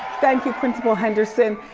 thank you principal henderson.